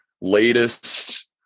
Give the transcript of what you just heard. latest